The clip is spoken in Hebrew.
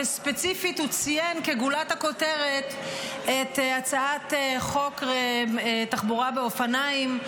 וספציפית הוא ציין כגולת הכותרת את הצעת חוק תחבורה באופניים,